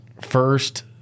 first